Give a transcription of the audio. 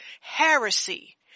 heresy